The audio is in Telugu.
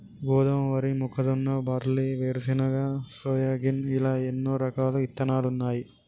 గోధుమ, వరి, మొక్కజొన్న, బార్లీ, వేరుశనగ, సోయాగిన్ ఇలా ఎన్నో రకాలు ఇత్తనాలున్నాయి